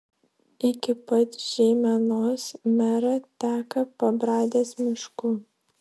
iki pat žeimenos mera teka pabradės mišku